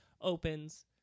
opens